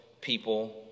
people